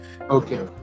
Okay